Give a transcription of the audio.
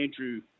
Andrew